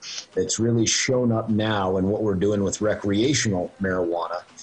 וזה ניכר עכשיו במה שאנחנו עושים במריחואנה לצרכים ,